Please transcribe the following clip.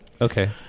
Okay